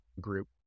group